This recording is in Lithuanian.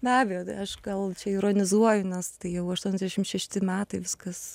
be abejo tai aš gal čia ironizuoju nes tai jau aštuoniasdešim šešti metai viskas